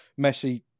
Messi